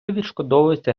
відшкодовується